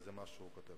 וזה מה שהוא כותב: